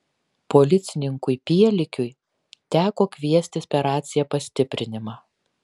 policininkui pielikiui teko kviestis per raciją pastiprinimą